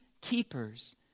keepers